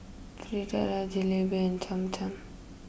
Fritada Jalebi and Cham Cham